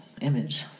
image